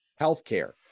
Healthcare